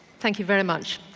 thank you very much.